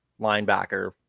linebacker